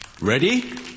Ready